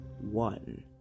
one